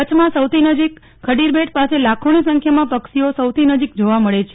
કચ્છમાં સૌથી નજીક ખડીર બેટ પાસે લાખોની સંખ્યામાં પક્ષીઓ સાથે નજીવ જોવા મળે છે